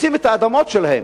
רוצים את האדמות שלהם,